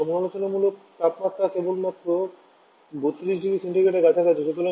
এটির সমালোচনামূলক তাপমাত্রা কেবলমাত্র 32 ডিগ্রি সেন্টিগ্রেডের কাছাকাছি